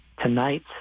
tonight